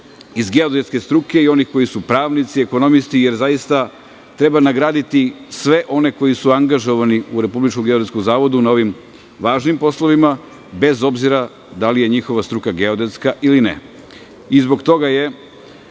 iz geodetske struke i onih koji su pravnici, ekonomisti, jer zaista treba nagraditi sve one koji su angažovani u RGZ na ovim važnim poslovima, bez obzira da li je njihova struka geodetska ili ne. Zbog toga je,